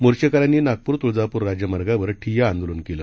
मोर्चेकऱ्यांनी नागपूर तुळजापूर राज्य मार्गावर ठिय्या आंदोलन केलं